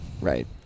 Right